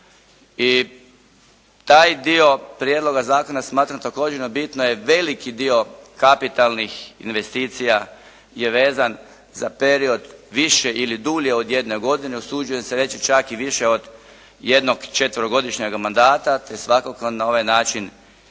i taj dio prijedloga zakona smatram također bitno je veliki dio kapitalnih investicija je vezan za period više ili dulje od jedne godine. Usuđujem se reći čak i više od jednog četverogodišnjeg mandata, te svakako na ovaj način